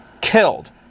killed